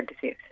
disease